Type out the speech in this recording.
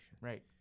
Right